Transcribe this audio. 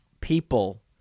people